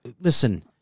Listen